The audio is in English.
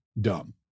dumb